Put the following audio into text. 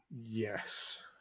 yes